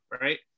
right